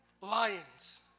lions